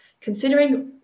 Considering